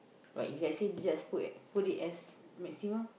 right if let's say just put put it as maximum